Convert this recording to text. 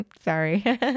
sorry